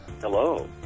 Hello